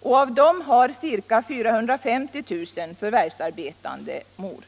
och av dem har ca 450 000 förvärvsarbetande mödrar.